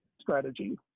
strategy